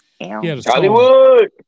Hollywood